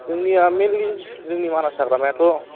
जोंनिया मेनलि जोंनि मानासा माबायाथ'